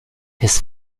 his